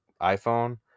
iPhone